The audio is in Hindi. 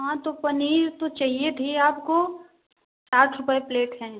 हाँ तो पनीर तो चाहिए थी आपको साठ रुपये प्लेट हैं